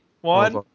One